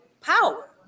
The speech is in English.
power